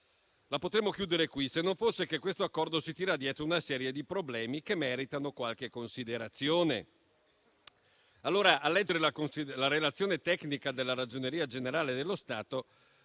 Potremmo chiudere qui la questione se non fosse che questo accordo si tira dietro una serie di problemi che meritano qualche considerazione. A leggere la relazione tecnica della Ragioneria generale dello Stato